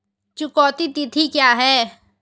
चुकौती तिथि क्या है?